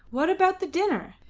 what about the dinner?